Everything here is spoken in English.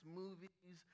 movies